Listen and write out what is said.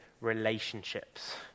relationships